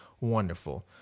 Wonderful